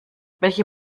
welche